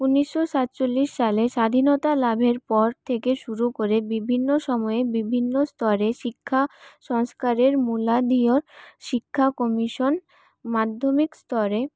উনিশশো সাতচল্লিশ সালে স্বাধীনতা লাভের পর থেকে শুরু করে বিভিন্ন সময়ে বিভিন্ন স্তরে শিক্ষা সংস্কারের মুলাধিও শিক্ষা কমিশন মাধ্যমিক স্তরে